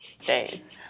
days